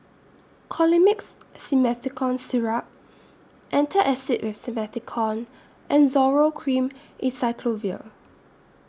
Colimix Simethicone Syrup Antacid with Simethicone and Zoral Cream Acyclovir